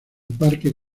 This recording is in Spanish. parque